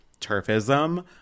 turfism